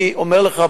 אני אומר לך,